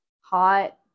hot